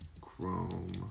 chrome